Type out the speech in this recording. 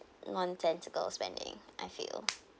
nonsensical spending I feel